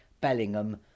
Bellingham